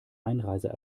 einreise